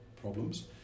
problems